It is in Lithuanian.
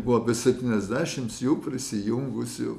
buvo apie septyniasdešimt jų prisijungusių